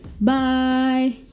Bye